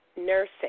nursing